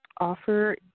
offer